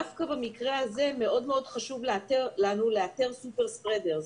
דווקא במרה הזה חשוב לנו מאוד לאתר Super-spreaders,